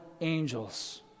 angels